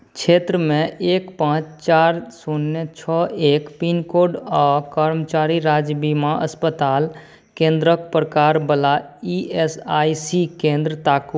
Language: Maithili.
क्षेत्रमे एक पाँच चारि शून्य छओ एक पिनकोड आ कर्मचारी राज्य बीमा अस्पताल केन्द्रक प्रकारवला ई एस आई सी केन्द्र ताकू